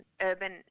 urban